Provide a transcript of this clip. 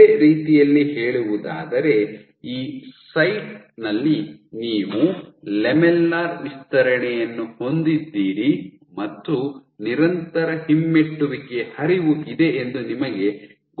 ಬೇರೆ ರೀತಿಯಲ್ಲಿ ಹೇಳುವುದಾದರೆ ಈ ಸೈಟ್ ನಲ್ಲಿ ನೀವು ಲ್ಯಾಮೆಲ್ಲರ್ ವಿಸ್ತರಣೆಯನ್ನು ಹೊಂದಿದ್ದೀರಿ ಮತ್ತು ನಿರಂತರ ಹಿಮ್ಮೆಟ್ಟುವಿಕೆಯ ಹರಿವು ಇದೆ ಎಂದು ನಿಮಗೆ ಹೇಗೆ ಗೊತ್ತಾಗುತ್ತದೆ